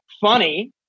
funny